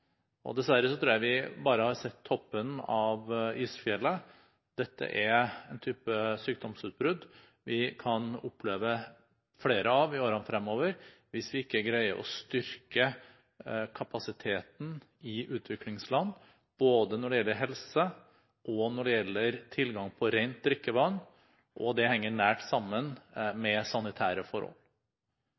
og dessverre tror jeg vi bare har sett toppen av isfjellet. Dette er en type sykdomsutbrudd vi kan oppleve flere av i årene fremover hvis vi ikke greier å styrke kapasiteten i utviklingsland, både når det gjelder helse, og når det gjelder tilgang på rent drikkevann, og det henger nært sammen med sanitære forhold.